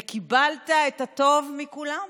וקיבלת את הטוב מכולם,